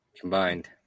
Combined